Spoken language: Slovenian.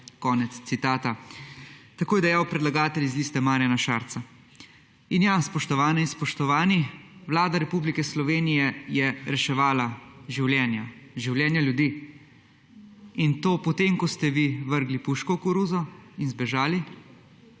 življenja«. Tako je dejal predlagatelj iz Liste Marjana Šarca. In ja, spoštovane in spoštovani, Vlada Republike Slovenije je reševala življenja, življenja ljudi in to potem, ko ste vi vrgli puško v koruzo in zbežali,